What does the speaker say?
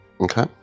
okay